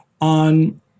on